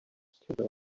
صدا